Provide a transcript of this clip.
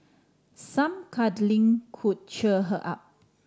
some cuddling could cheer her up